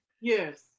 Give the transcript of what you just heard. Yes